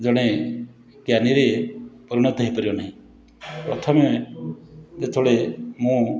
ଜଣେ ଜ୍ଞାନୀରେ ପରିଣତ ହେଇପାରିବ ନାହିଁ ପ୍ରଥମେ ଯେତେବେଳେ ମୁଁ